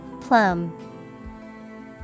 Plum